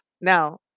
Now